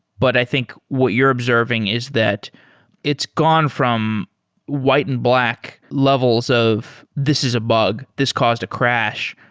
but i think what you're observing is that it's gone from white and black levels of, this is a bug. this caused a crash,